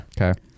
Okay